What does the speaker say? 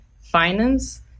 finance